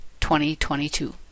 2022